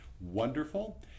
wonderful